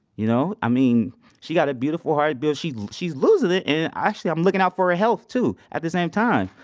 you know she's got a beautiful heart, but she's she's losing it, and actually i'm looking out for her health too at the same time,